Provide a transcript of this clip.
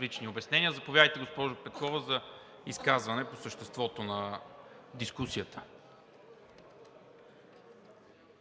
лични обяснения. Заповядайте, госпожо Петкова, за изказване по съществото на дискусията.